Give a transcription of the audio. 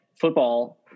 football